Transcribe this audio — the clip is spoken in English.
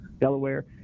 Delaware